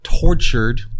tortured